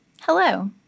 hello